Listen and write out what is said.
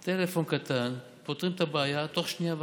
עם טלפון קטן פותרים את הבעיה תוך שנייה וחצי.